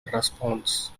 response